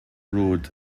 road